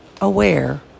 aware